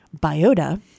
biota